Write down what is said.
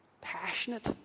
passionate